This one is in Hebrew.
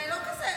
זה לא בסדר.